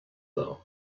though